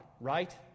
right